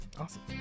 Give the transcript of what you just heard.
awesome